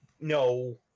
no